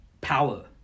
power